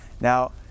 Now